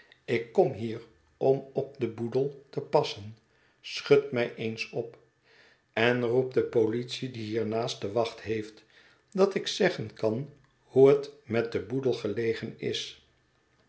ik kom hier om op den boedel te passen schud mij eens op en roep de politie die hiernaast de wacht heeft dat ik zeggen kan hoe het met den boedel gelegen is